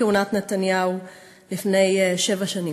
מכהונת נתניהו לפני שבע שנים.